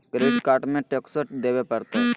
Credit card में टेक्सो देवे परते?